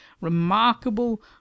remarkable